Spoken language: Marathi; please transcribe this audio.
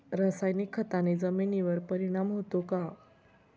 रासायनिक खताने जमिनीवर परिणाम होतो का?